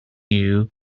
you